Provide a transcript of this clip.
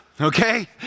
okay